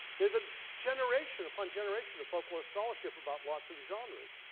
there's a generation upon generation of folklore scholarship about lots of genres.